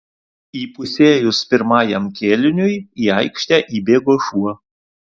įpusėjus pirmajam kėliniui į aikštę įbėgo šuo